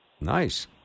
Nice